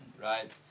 right